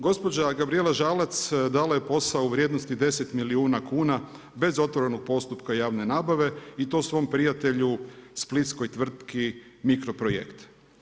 Gospođa Gabrijela Žalac dala je posao u vrijednosti od deset milijuna kuna bez otvorenog postupka javne nabave i to svom prijatelju, splitskoj tvrtki Mikroprojekt.